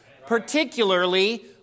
particularly